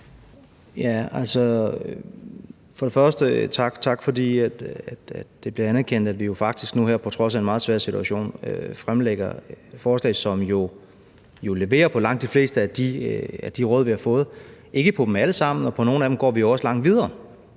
tak for, at det bliver anerkendt, at vi jo faktisk nu her på trods af en meget svær situation fremlægger forslag, som jo leverer på langt de fleste af de råd, vi har fået – ikke på dem alle sammen – og at vi på nogle af dem også går langt videre.